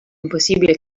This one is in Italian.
impossibile